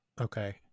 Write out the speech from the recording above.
Okay